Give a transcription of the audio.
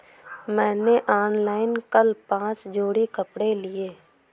मैंने ऑनलाइन कल पांच जोड़ी कपड़े लिए